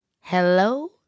Hello